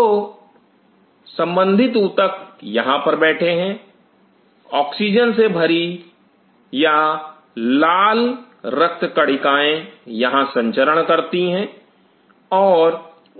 तो संबंधित ऊतक यहां पर बैठे हैं ऑक्सीजन से भरी या लाल रक्त कणिकाएं यहां संचरण करती हैं और